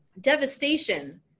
devastation